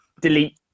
delete